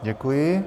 Děkuji.